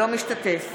אינו משתתף